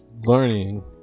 learning